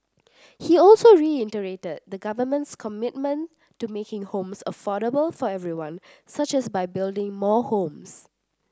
he also reiterated the Government's commitment to making homes affordable for everyone such as by building more homes